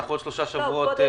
בעוד שלושה שבועות,